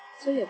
so you're